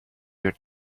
your